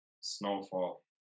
Snowfall